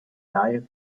entire